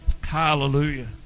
Hallelujah